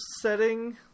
setting